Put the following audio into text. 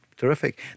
Terrific